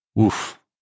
Oof